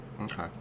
Okay